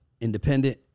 independent